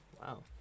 wow